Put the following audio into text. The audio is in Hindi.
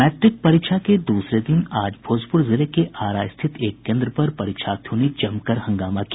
मैट्रिक परीक्षा के दूसरे दिन आज भोजपुर जिले के आरा स्थित एक केन्द्र पर परीक्षार्थियों ने जमकर हंगामा किया